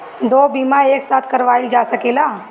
दो बीमा एक साथ करवाईल जा सकेला?